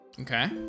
Okay